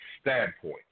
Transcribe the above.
standpoint